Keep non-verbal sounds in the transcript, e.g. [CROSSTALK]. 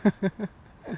[LAUGHS]